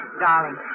Darling